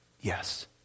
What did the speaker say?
Yes